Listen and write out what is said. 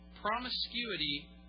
promiscuity